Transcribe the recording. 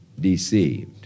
deceived